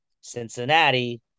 Cincinnati